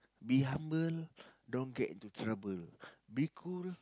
be humble don't get into trouble be cool